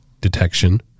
detection